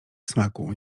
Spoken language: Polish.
smaku